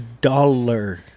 Dollar